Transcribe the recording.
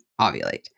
ovulate